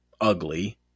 ugly